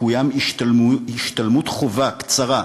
תקוים השתלמות חובה קצרה,